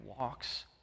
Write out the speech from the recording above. walks